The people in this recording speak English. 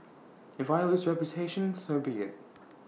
if I lose reputation so be IT